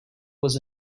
was